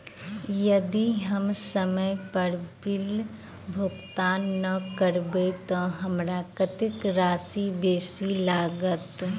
यदि हम समय पर बिल भुगतान नै करबै तऽ हमरा कत्तेक राशि बेसी लागत?